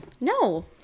No